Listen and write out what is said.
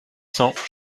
cents